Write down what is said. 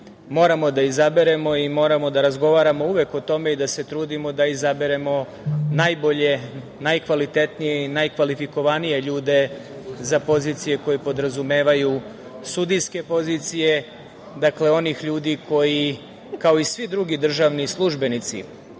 moramo da izaberemo i moramo da razgovaramo uvek o tome i da se trudimo da izaberemo najbolje, najkvalitetnije i najkvalifikovanije ljude za pozicije koje podrazumevaju sudijske pozicije, dakle, onih ljudi koji kao i svi drugi državni službenici,